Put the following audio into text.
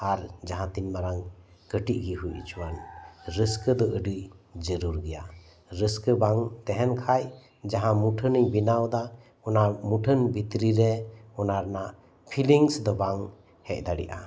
ᱟᱨ ᱡᱟᱦᱟᱸ ᱛᱤᱱ ᱢᱟᱨᱟᱝ ᱠᱟᱴᱤᱡ ᱜᱮ ᱦᱳᱭ ᱦᱚᱪᱚᱣᱟᱱ ᱨᱟᱹᱥᱠᱟᱹ ᱫᱚ ᱟᱰᱤ ᱡᱟᱨᱩᱲ ᱜᱮᱭᱟ ᱨᱟᱹᱥᱠᱟᱹ ᱵᱟᱝ ᱛᱟᱦᱮᱱ ᱠᱷᱟᱱ ᱡᱟᱦᱟᱸ ᱢᱩᱴᱷᱟᱹᱱᱤᱧ ᱵᱮᱱᱟᱣ ᱮᱫᱟ ᱚᱱᱟ ᱢᱩᱴᱷᱟᱹᱱ ᱵᱷᱤᱛᱨᱤ ᱨᱮ ᱚᱱᱟ ᱨᱮᱱᱟᱜ ᱯᱷᱤᱞᱤᱝᱥ ᱫᱚ ᱵᱟᱝ ᱦᱮᱡ ᱫᱟᱲᱮᱭᱟᱜᱼᱟ